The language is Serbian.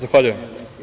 Zahvaljujem.